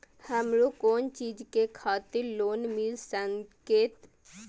हमरो कोन चीज के खातिर लोन मिल संकेत?